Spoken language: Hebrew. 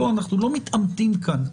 אנחנו לא מתעמתים כאן.